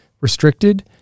restricted